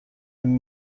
این